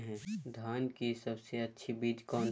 धान की सबसे अच्छा बीज कौन है?